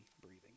breathing